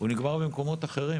אלא במקומות אחרים